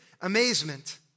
amazement